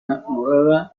noruega